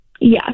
Yes